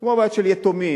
כמו בעיות של יתומים,